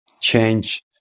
change